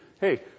Hey